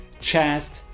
chest